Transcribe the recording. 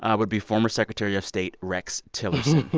um would be former secretary of state rex tillerson,